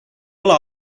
ole